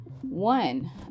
One